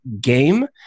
Game